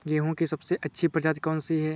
गेहूँ की सबसे अच्छी प्रजाति कौन सी है?